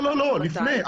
לפני,